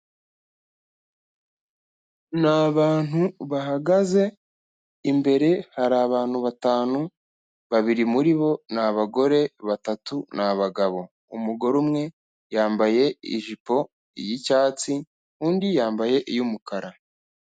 Ni abantu bahagaze imbere hari abantu batanu, babiri muri bo ni abagore, batatu ni abagabo, umugore umwe yambaye ijipo y'icyatsi undi yambaye iy'umukara.